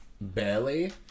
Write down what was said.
barely